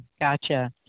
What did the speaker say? Gotcha